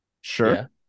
Sure